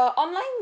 err online